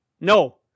No